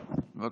בבקשה.